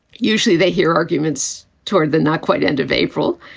usually they hear arguments toward the not quite end of april.